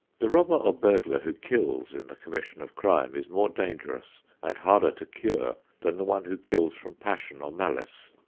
the robber or burglar who kills in the commission of crime is more dangerous and harder to cure than the one who kills from passion or malice.